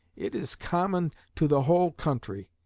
it is common to the whole country.